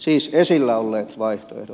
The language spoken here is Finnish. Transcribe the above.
siis esillä olleet vaihtoehdot